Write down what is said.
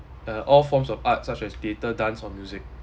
uh all forms of art such as theatre dance or music